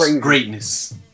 greatness